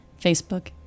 Facebook